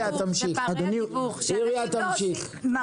אדוני, תמשיך.